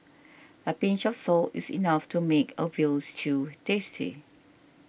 a pinch of salt is enough to make a Veal Stew tasty